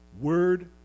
word